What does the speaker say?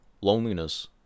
loneliness